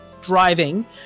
driving